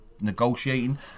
negotiating